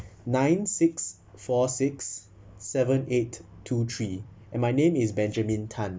nine six four six seven eight two three and my name is benjamin tan